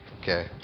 Okay